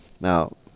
Now